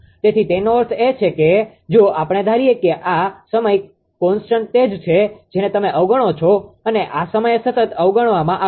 તેથી તેનો અર્થ એ છે કે જો આપણે ધારીએ કે આ સમય કોન્સ્ટન્ટ તે જ છે જેને તમે અવગણો છો અને આ સમયે સતત અવગણવામાં આવે છે